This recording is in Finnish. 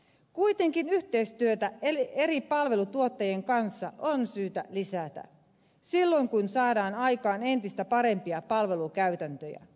kuitenkin yhteistyötä eri palveluntuottajien kanssa on syytä lisätä silloin kun saadaan aikaan entistä parempia palvelukäytäntöjä